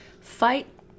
Fight